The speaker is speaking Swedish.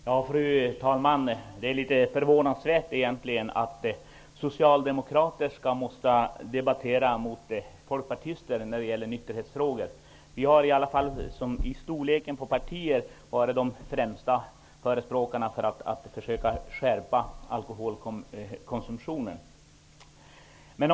Fru talman! Det är egentligen litet förvånansvärt att socialdemokrater skall behöva debattera mot folkpartister i nykterhetsfrågor. Våra båda partier har varit de främsta förespråkarna för skärpta restriktioner för alkoholkonsumtionen.